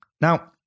Now